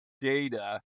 data